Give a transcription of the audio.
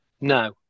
No